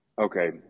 Okay